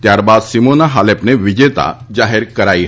ત્યારબાદ સિમોના હાલેપને વિજેતા જાહેર કરાઈ હતી